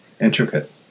Intricate